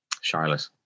Charlotte